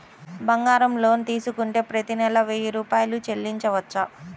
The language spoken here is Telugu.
బంగారం లోన్ తీసుకుంటే ప్రతి నెల వెయ్యి రూపాయలు చెల్లించవచ్చా?